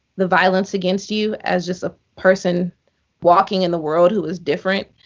the violence against you. as just a person walking in the world, who is different.